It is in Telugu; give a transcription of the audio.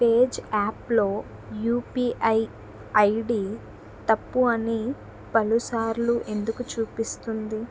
పేజాప్లో యుపిఐ ఐడి తప్పు అని పలుసార్లు ఎందుకు చూపిస్తుంది